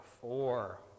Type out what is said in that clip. four